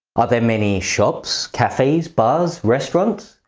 are there many shops, cafes, bars, restaurants?